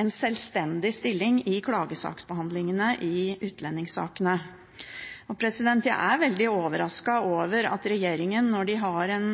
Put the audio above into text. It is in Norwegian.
en sjølstendig stilling i klagesaksbehandlingene i utlendingssakene. Jeg er veldig overrasket over at regjeringen, når de har en